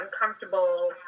uncomfortable